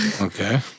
Okay